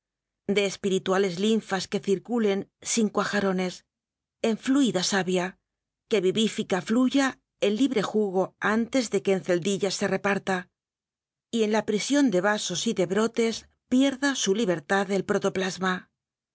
de espirituales linfas que circulen sin cuajarones en ñúida savia que vivifica fluya en libre jugo antes de que en celdillas se reparta y en la prisión de vasos y de brotes pierda su libertad el protoplasma